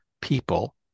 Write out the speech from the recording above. people